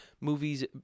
Movies